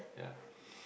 yeah